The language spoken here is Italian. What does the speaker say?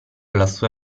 lassù